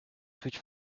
switch